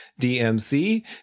DMC